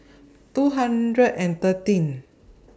two hundred and thirteen